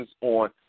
on